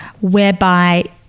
whereby